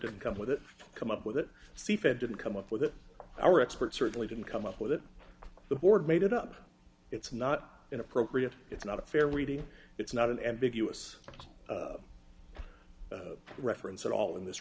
have come with it come up with it see if it didn't come up with our experts certainly didn't come up with it the board made it up it's not inappropriate it's not a fair reading it's not an ambiguous reference at all in this